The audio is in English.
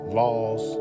laws